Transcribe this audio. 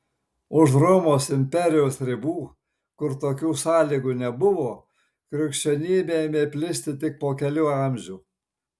už romos imperijos ribų kur tokių sąlygų nebuvo krikščionybė ėmė plisti tik po kelių amžių